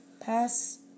Pass